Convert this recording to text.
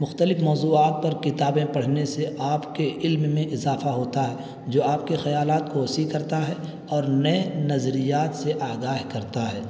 مختلف موضوعات پر کتابیں پڑھنے سے آپ کے علم میں اضافہ ہوتا ہے جو آپ کے خیالات کو وسیع کرتا ہے اور نئے نظریات سے آگاہ کرتا ہے